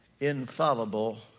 infallible